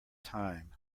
time